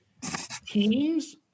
teams